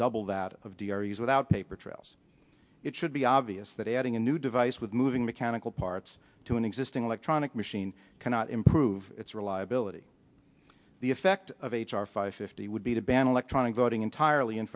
double that of the areas without paper trails it should be obvious that adding a new device with moving mechanical parts to an existing electronic machine cannot improve its reliability the effect of h r five fifty would be to ban electronic voting entirely in